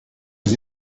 was